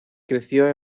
creció